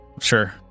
Sure